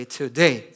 today